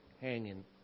hanging